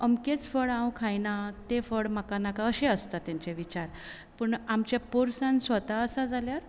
अमकेंच फळ हांव खायना ते फळ म्हाका नाका अशें आसता तेंचे विचार पूण आमच्या पोरसांत स्वता आसा जाल्यार